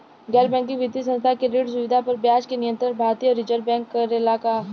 गैर बैंकिंग वित्तीय संस्था से ऋण सुविधा पर ब्याज के नियंत्रण भारती य रिजर्व बैंक करे ला का?